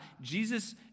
Jesus